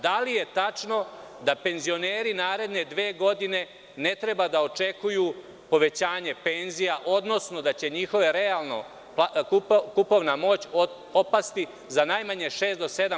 Da li je tačno da penzioneri naredne dve godine ne treba da očekuju povećanje penzija, odnosno da će njihova realna kupovna moć opasti za najmanje 6 do 7%